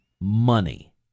money